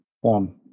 one